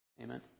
Amen